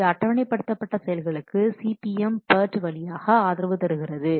இது அட்டவணை படுத்தப்பட்ட செயல்களுக்கு CPM PERT வழியாக ஆதரவு தருகிறது